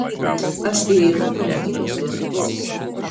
aš įeinu pro mokyklos vartus